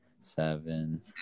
Seven